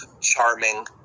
charming